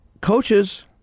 coaches